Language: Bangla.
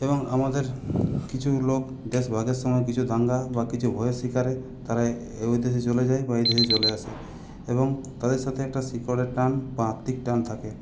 এবং আমাদের কিছু লোক দেশভাগের সময় কিছু দাঙ্গা বা কিছু হয়ে শিকারে তারা ওই দেশে চলে যায় বা এই দেশে চলে আসে এবং তাদের সাথে একটা শিকড়ের টান বা আত্মিক টান থাকে